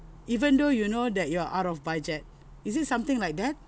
even though you know that you are out of budget is it something like that